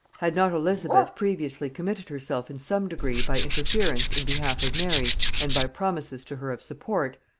had not elizabeth previously committed herself in some degree by interference in behalf of mary, and by promises to her of support,